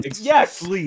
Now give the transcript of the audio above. Yes